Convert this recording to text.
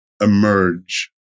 emerge